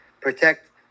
Protect